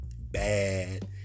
bad